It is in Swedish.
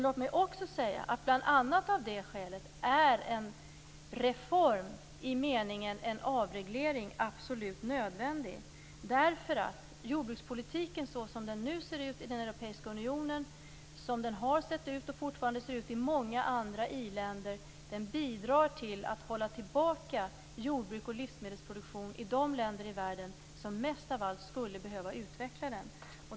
Låt mig också säga att en reform i meningen en avreglering bl.a. av det skälet är absolut nödvändig därför att jordbrukspolitiken, såsom den nu ser ut i den europeiska unionen, som den har sett ut och fortfarande ser ut i många andra i-länder bidrar till att hålla tillbaka jordbruks och livsmedelsproduktion i de länder i världen som mest av allt skulle behöva utveckla den.